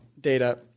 data